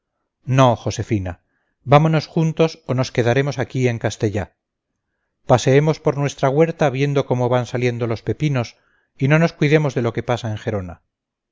no josefina vámonos juntos o nos quedaremos aquí en castell paseemos por nuestra huerta viendo cómo van saliendo los pepinos y no nos cuidemos de lo que pasa en gerona